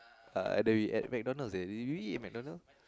I and then we were at McDonald's there did we eat McDonald's